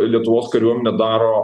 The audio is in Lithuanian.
lietuvos kariuomenė daro